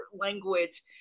language